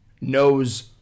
knows